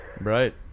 Right